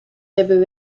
hebben